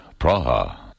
Praha